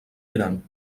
gran